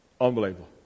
Unbelievable